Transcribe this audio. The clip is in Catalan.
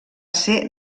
ser